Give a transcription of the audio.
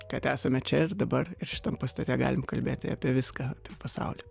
kad esame čia ir dabar ir šitam pastate galim kalbėti apie viską pasauly